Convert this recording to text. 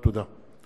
תודה.